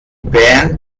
band